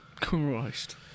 Christ